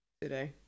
today